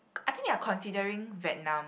I think they are considering Vietnam